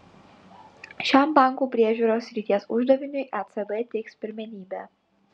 šiam bankų priežiūros srities uždaviniui ecb teiks pirmenybę